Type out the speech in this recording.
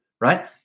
right